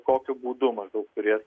kokiu būdu maždaug turės